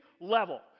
level